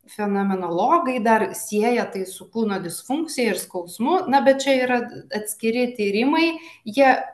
fenomenologai dar sieja tai su kūno disfunkcija ir skausmu na bet čia yra atskiri tyrimai jie